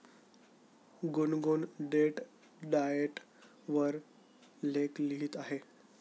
गुनगुन date diet वर लेख लिहित आहे